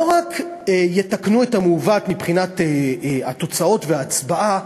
רק יתקנו את המעוות מבחינת התוצאות וההצבעה,